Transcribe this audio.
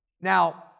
Now